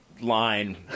line